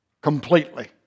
completely